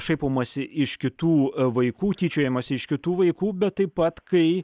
šaipomasi iš kitų vaikų tyčiojamasi iš kitų vaikų bet taip pat kai